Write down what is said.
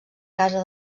casa